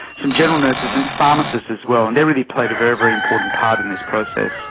some general nurses, and pharmacists as well, and they really played a very, very important part in this process.